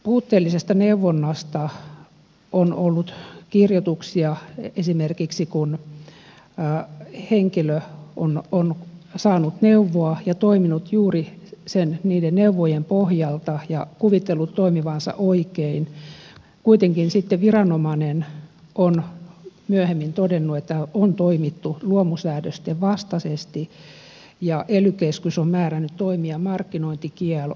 puutteellisesta neuvonnasta on ollut kirjoituksia henkilö on esimerkiksi saanut neuvoa ja toiminut juuri niiden neuvojen pohjalta ja kuvitellut toimivansa oikein ja kuitenkin sitten viranomainen on myöhemmin todennut että on toimittu luomusäädösten vastaisesti ja ely keskus on määrännyt toimijan markkinointikieltoon